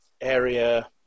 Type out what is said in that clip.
area